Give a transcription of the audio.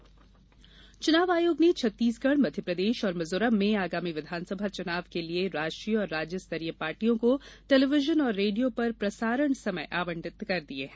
चुनाव प्रसारण समय चुनाव आयोग ने छत्तीसगढ़ मध्यप्रदेश और मिज़ोरम में आगामी विधानसभा चुनाव के लिए राष्ट्रीय और राज्य स्तरीय पार्टियों को टेलीविजन और रेडियो पर प्रसारण समय आवंटित कर दिए हैं